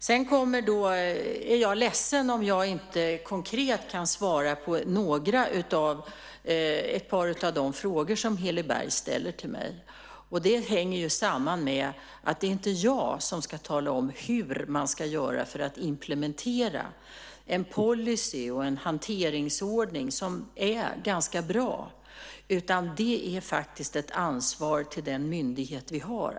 Jag är ledsen om jag inte konkret kan svara på ett par av de frågor som Heli Berg ställer till mig. Det hänger ju samman med att det inte är jag som ska tala om hur man ska göra för att implementera en policy och hanteringsordning som är ganska bra. Att göra det jobbet är ett ansvar för den myndighet vi har.